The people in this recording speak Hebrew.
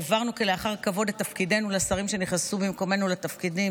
העברנו כלאחר כבוד את תפקידנו לשרים שנכנסו במקומנו לתפקידים,